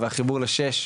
והחיבור ל-6,